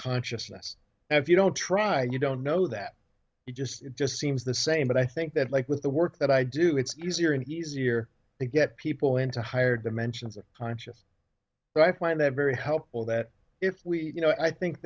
consciousness if you don't try you don't know that you just it just seems the same but i think that like with the work that i do it's easier and easier to get people into higher dimensions of conscious but i find that very helpful that if we you know i think